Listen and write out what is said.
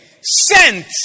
sent